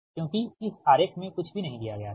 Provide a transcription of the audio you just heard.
क्योंकि इस आरेख में कुछ भी नहीं दिया गया था